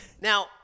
Now